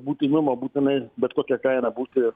būtinumo būtinai bet kokia kaina būti